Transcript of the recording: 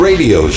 Radio